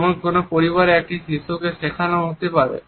যেমন কোন পরিবারে একটি শিশুকে শেখানো হতে পারে